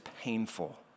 painful